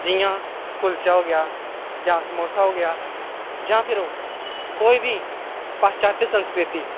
जि'यां कुल्चा हो गेआ जां समोसा हो गेआ जां फिर ओह् कोई बी पाश्चात्य संस्कृति